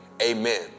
Amen